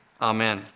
amen